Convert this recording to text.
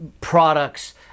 products